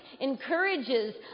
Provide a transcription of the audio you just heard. encourages